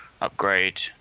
Upgrade